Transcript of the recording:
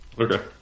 Okay